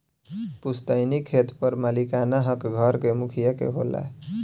पुस्तैनी खेत पर मालिकाना हक घर के मुखिया के होला